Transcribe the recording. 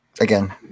Again